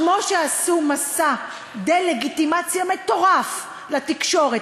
כמו שעשו מסע דה-לגיטימציה מטורף לתקשורת